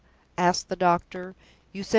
asked the doctor.